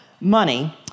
money